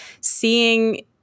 seeing